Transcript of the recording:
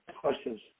questions